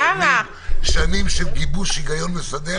שנים של גיבוש היגיון מסדר.